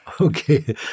Okay